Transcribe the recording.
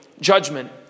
Judgment